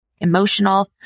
emotional